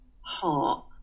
heart